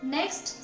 Next